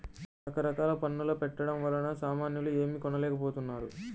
రకరకాల పన్నుల పెట్టడం వలన సామాన్యులు ఏమీ కొనలేకపోతున్నారు